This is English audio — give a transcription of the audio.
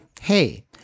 hey